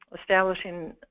establishing